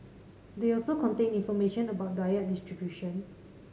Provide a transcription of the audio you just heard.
they also contain information about diet distribution